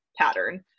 pattern